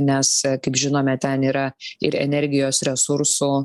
nes kaip žinome ten yra ir energijos resursų